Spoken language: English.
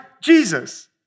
Jesus